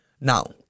now